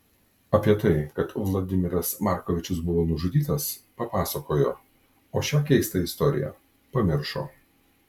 apie tai kad vladimiras markovičius buvo nužudytas papasakojo o šią keistą istoriją pamiršo